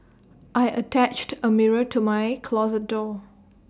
I attached A mirror to my closet door